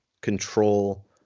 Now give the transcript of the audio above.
control